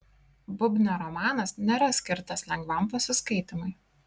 bubnio romanas nėra skirtas lengvam pasiskaitymui